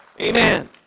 Amen